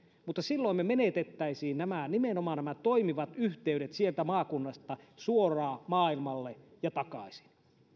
mutta silloin menetettäisiin nimenomaan nämä toimivat yhteydet sieltä maakunnasta suoraan maailmalle ja takaisin